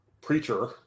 preacher